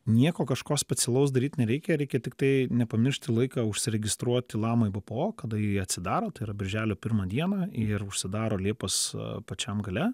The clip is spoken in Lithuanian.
nieko kažko specialaus daryt nereikia reikia tiktai nepamiršti laiką užsiregistruoti lamai bpo kada ji atsidaro tai yra birželio pirmą dieną ir užsidaro liepos pačiam gale